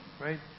right